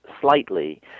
slightly